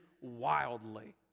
wildly